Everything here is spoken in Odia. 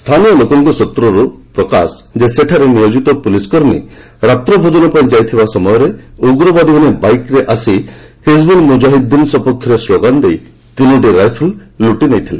ସ୍ଥାନୀୟ ଲୋକଙ୍କ ସୂତ୍ରରୁ ପ୍ରକାଶ ଯେ ସେଠାରେ ନିୟୋଜିତ ପୁଲିସ୍ କର୍ମୀ ରାତ୍ରିଭୋଜନ ପାଇଁ ଯାଇଥିବା ବେଳେ ଉଗ୍ରବାଦୀମାନେ ବାଇକ୍ରେ ଆସି ହିଜିବୁଲ୍ ମୁଜାହିଦ୍ଦିନ ସପକ୍ଷ ସ୍ଲୋଗାନ୍ ଦେଇ ତିନୋଟି ରାଇଫଲ୍ ଲୁଟି ନେଇଥିଲେ